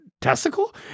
testicle